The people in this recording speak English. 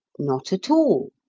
not at all.